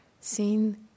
seen